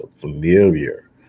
familiar